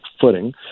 footing